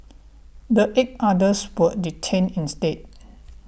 the eight others were detained instead